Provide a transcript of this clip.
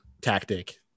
tactic